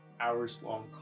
hours-long